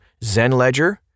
Zenledger